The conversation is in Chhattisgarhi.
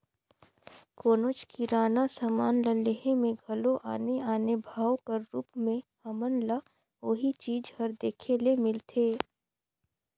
कोनोच किराना समान ल लेहे में घलो आने आने भाव कर रूप में हमन ल ओही चीज हर देखे ले मिलथे